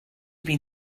been